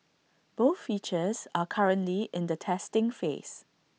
both features are currently in the testing phase